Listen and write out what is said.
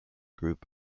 group